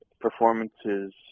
performances